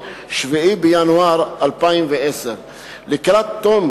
7 בינואר 2010. לקראת תום